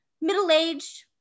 middle-aged